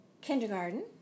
kindergarten